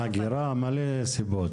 נכון, הגירה, מלא סיבות.